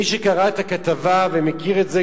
מי שקרא את הכתבה ומכיר את זה,